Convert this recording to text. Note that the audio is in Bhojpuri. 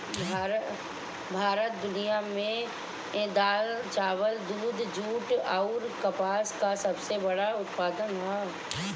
भारत दुनिया में दाल चावल दूध जूट आउर कपास का सबसे बड़ा उत्पादक ह